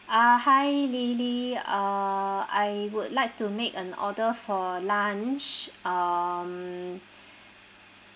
uh hi lily uh I would like to make an order for lunch um